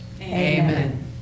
Amen